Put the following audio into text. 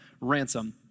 ransom